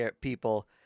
people